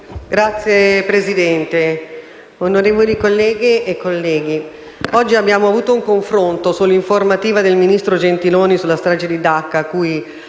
Signor Presidente, onorevoli colleghe e colleghi, oggi abbiamo avuto un confronto sull'informativa del ministro Gentiloni Silveri sulla strage di Dacca, a cui